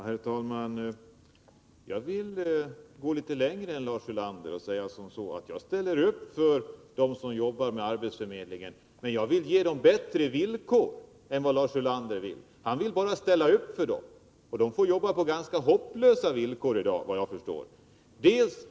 Herr talman! Jag vill gå litet längre än Lars Ulander och säga: Jag ställer upp för dem som arbetar med arbetsförmedling, men jag vill också ge dem bättre villkor än vad Lars Ulander vill — han vill bara ställa upp för dem. Och de får jobba på ganska hopplösa villkor i dag, vad jag förstår.